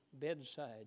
bedside